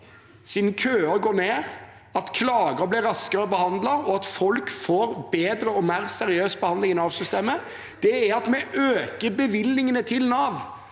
i Nav går ned, at klager blir raskere behandlet, og at folk får bedre og mer seriøs behandling i Nav-systemet, er at vi øker bevilgningene til Nav,